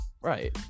Right